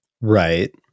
right